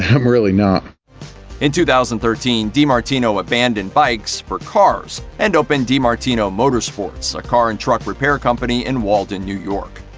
i'm really not in two thousand and thirteen, dimartino abandoned bikes for cars and opened dimartino motorsports, a car and truck repair company in walden, new york.